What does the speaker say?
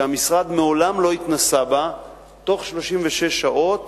שהמשרד מעולם לא התנסה בה, בתוך 36 שעות